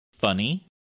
Funny